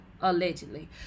allegedly